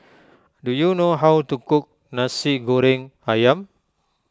do you know how to cook Nasi Goreng Ayam